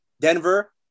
Denver